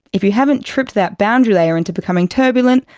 if you haven't tripped that boundary layer into becoming turbulent,